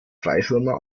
freischwimmer